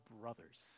brothers